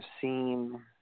seen